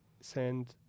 send